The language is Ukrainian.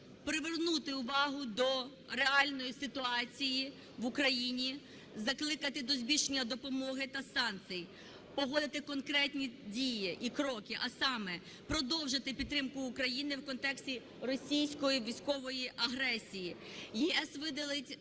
привернути увагу до реальної ситуації в Україні, закликати до збільшення допомоги та санкцій, погодити конкретні дії і кроки, а саме продовжити підтримку України в контексті російської військової агресії. ЄС виділить